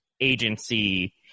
agency